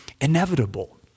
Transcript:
inevitable